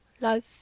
life